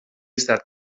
estat